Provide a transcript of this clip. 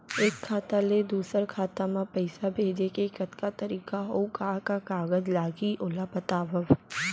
एक खाता ले दूसर खाता मा पइसा भेजे के कतका तरीका अऊ का का कागज लागही ओला बतावव?